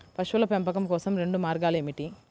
పశువుల పెంపకం కోసం రెండు మార్గాలు ఏమిటీ?